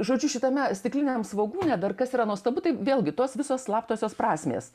žodžiu šitame stikliniam svogūne dar kas yra nuostabu tai vėlgi tos visos slaptosios prasmės